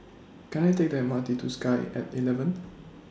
Can I Take The M R T to Sky At eleven